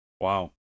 wow